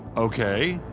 okay,